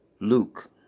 Luke